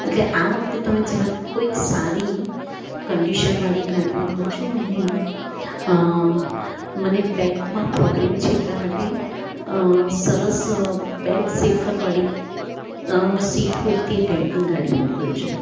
એટલે આ વખતે તમે જરાક કોઈક સારી કંડીશન વાળી ગાડી મોકલજો અને મને બેકમાં પ્રોબલેમ છે એટલા માટે સરસ બેકસેફર વાળી સીટ હોય તે ટાઈપની ગાડી મોકલજો